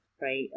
Right